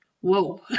whoa